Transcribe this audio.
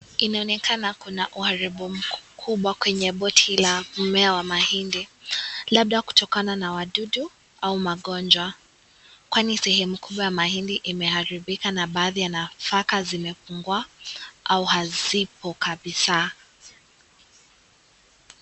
Inaonekana kuna uharibu mkubwa kwenye boti la mmea wa mahindi labda kutokana na wadudu au magonjwa. Kwani sehemu kubwa ya mahindi imeharibika na baadhi ya nafaka zimepungua au hazipo kabisa.